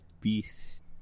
beast